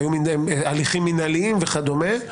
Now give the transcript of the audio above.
והיו הליכים מנהליים וכדומה.